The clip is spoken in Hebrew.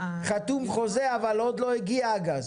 חתום חוזה אבל עוד לא הגיע הגז.